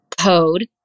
code